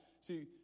see